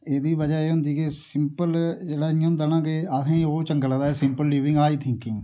एह्दी बजह् एह होंदी केह् सिंपल जेह्ड़ा इयां होंदा न अहें इयां कि ओह् चंगा लगदा ऐ सिंपल लिविंग हाई थिंकिंग